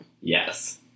Yes